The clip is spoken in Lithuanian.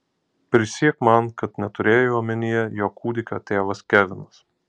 prisiek man kad neturėjai omenyje jog kūdikio tėvas kevinas